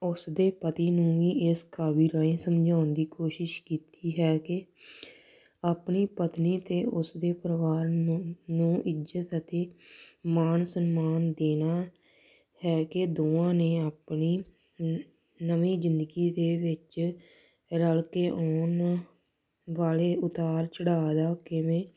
ਉਸ ਦੇ ਪਤੀ ਨੂੰ ਵੀ ਇਸ ਕਾਵਿ ਰਾਹੀ ਸਮਝਾਉਣ ਦੀ ਕੋਸ਼ਿਸ਼ ਕੀਤੀ ਹੈ ਕਿ ਆਪਣੀ ਪਤਨੀ ਅਤੇ ਉਸ ਦੇ ਪਰਿਵਾਰ ਨੂੰ ਨੂੰ ਇੱਜਤ ਅਤੇ ਮਾਣ ਸਨਮਾਨ ਦੇਣਾ ਹੈ ਕਿ ਦੋਵਾਂ ਨੇ ਆਪਣੀ ਨਵੀਂ ਜ਼ਿੰਦਗੀ ਦੇ ਵਿੱਚ ਰਲ ਕੇ ਆਉਣ ਵਾਲੇ ਉਤਾਰ ਚੜਾਅ ਦਾ ਕਿਵੇਂ